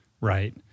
Right